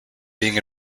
being